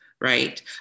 right